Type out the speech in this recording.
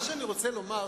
מה שאני רוצה לומר,